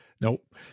Nope